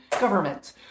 government